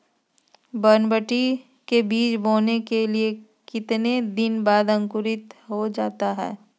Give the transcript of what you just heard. बरबटी के बीज बोने के कितने दिन बाद अंकुरित हो जाता है?